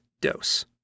dose